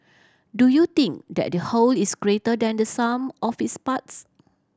do you think that the whole is greater than the sum of its parts